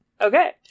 okay